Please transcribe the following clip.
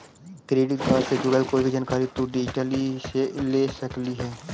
credit card से जुड़ल कोई भी जानकारी तु डिजिटली ले सकलहिं हे